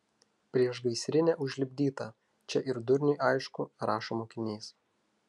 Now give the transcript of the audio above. priešgaisrinė užlipdyta čia ir durniui aišku rašo mokinys